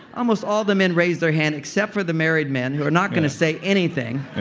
almost all the men raised their hand except for the married men, who are not gonna say anything.